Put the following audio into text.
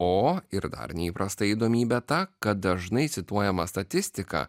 o ir dar neįprasta įdomybė ta kad dažnai cituojama statistika